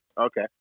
Okay